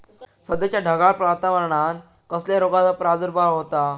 सध्याच्या ढगाळ वातावरणान कसल्या रोगाचो प्रादुर्भाव होता?